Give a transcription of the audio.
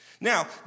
Now